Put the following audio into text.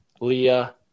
Leah